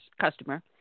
customer